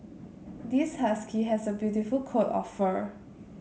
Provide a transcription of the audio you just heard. this husky has a beautiful coat of fur